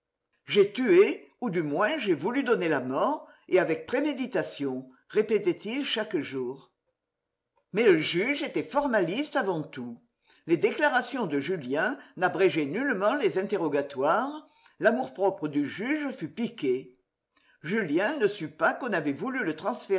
j'ai tué ou du moins j'ai voulu donner la mort et avec préméditation répétait-il chaque jour mais le juge était formaliste avant tout les déclarations de julien n'abrégeaient nullement les interrogatoires l'amour-propre du juge fut piqué julien ne sut pas qu'on avait voulu